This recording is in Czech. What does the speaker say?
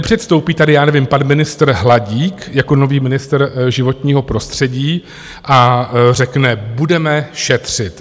Nepředstoupí tady např. pan ministr Hladík jako nový ministr životního prostředí a řekne budeme šetřit.